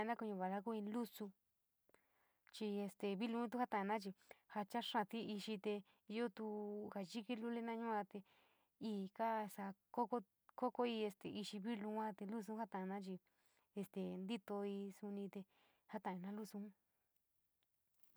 Ja na kuuñavanda losu chi viliun tu jaiauna jochoa kaali iki te joto sa yifi lulina yua te iiii kaa sa koi, jotoi este tiii vilioun yua te luson jata´iana chi este nitiou soni te latoina luson.